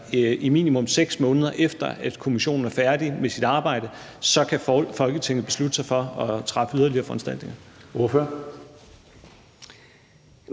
i minimum 6 måneder efter at kommissionen er færdig med sit arbejde, kan beslutte sig for at træffe yderligere foranstaltninger.